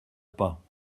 pas